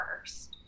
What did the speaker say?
first